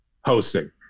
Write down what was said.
hosting